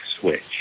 switch